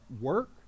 work